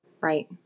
Right